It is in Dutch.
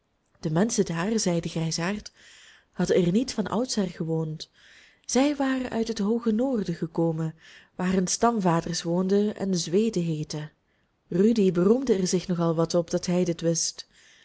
de menschen daar zei de grijsaard hadden er niet van oudsher gewoond zij waren uit het hooge noorden gekomen waar hun stamvaders woonden en zweden heetten rudy beroemde er zich nog al wat op dat hij dit wist